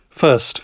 First